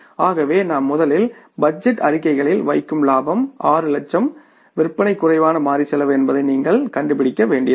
ஆகவே நாம் முதலில் பட்ஜெட் அறிக்கைகளில் வைக்கும் லாபம் 6 லட்சம் விற்பனை குறைவான மாறி செலவு என்பதை நீங்கள் கண்டுபிடிக்க வேண்டியிருக்கும்